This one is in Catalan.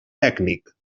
tècnic